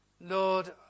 Lord